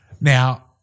Now –